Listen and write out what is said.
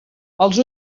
als